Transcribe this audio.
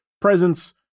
presence